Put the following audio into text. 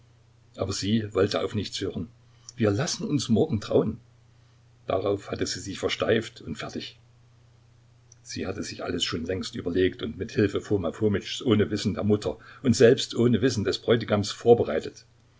aber sie wollte auf nichts hören wir lassen uns morgen trauen darauf hatte sie sich versteift und fertig sie hatte sich alles schon längst überlegt und mit hilfe foma fomitschs ohne wissen der mutter und selbst ohne wissen des bräutigams vorbereitet